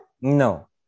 No